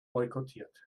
boykottiert